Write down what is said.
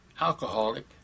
Alcoholic